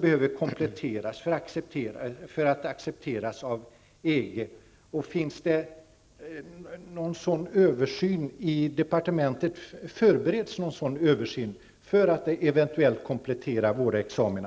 behöver kompletteras för att accepteras av EG? Förbereds det någon sådan översyn i departementet för att eventuellt komplettera våra examina?